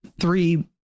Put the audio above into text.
three